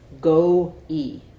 go-e